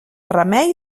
remei